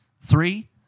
Three